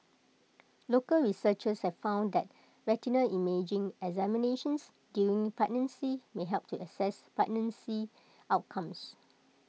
local researchers have found that retinal imaging examinations during pregnancy may help to assess pregnancy outcomes